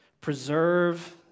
Preserve